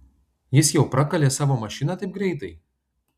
jis jau prakalė savo mašiną taip greitai